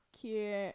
cute